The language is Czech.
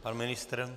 Pan ministr?